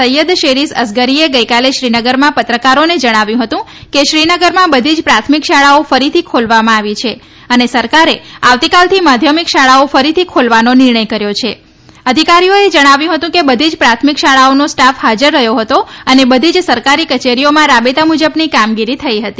સૈથદ શેરીસ અસગરી ગઇકાલે શ્રીનગરમાં પત્રકારોને જણાવ્યું હતું કે શ્રીનગરમાં ખીણમાં બધી જ પ્રાથમિક શાળાઓ ફરીથી ખોલવામાં આવી છે અને સરકારે આવતીકાલથી માધ્યમિક શાળાઓ ફરીથી ખોલવાનો નિર્ણય કર્યો છે અધિકારીઓએ જણાવ્યું હતું કે બધી જ પ્રાથમિક શાળાઓનો સ્ટાફ હાજર રહ્યો હતો અને બધી જ સરકારી કચેરીઓમાં રાબેતા મુજબની કામગીરી થઇ હતી